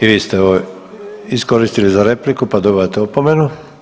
I vi ste ovo iskoristili za repliku, pa dobivate opomenu.